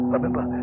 Remember